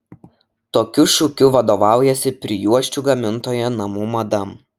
tokiu šūkiu vadovaujasi prijuosčių gamintoja namų madam